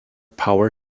power